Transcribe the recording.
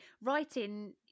writing